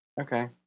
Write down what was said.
Okay